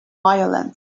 violence